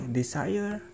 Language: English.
desire